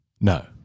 No